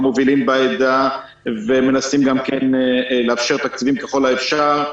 עם המובילים בעדה ומנסים גם לאפשר תקציבים ככל האפשר.